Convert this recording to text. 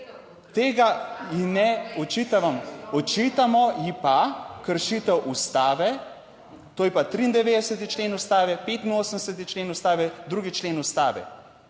Tega ji ne očitamo. Očitamo ji pa kršitev ustave - to je pa 93. člen Ustave, 85. člen Ustave, 2. člen Ustave.